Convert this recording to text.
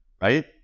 right